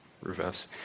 reverse